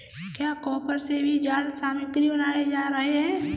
क्या कॉपर से भी जाल सामग्री बनाए जा रहे हैं?